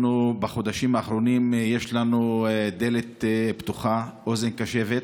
בחודשים האחרונים יש לנו דלת פתוחה, אוזן קשבת.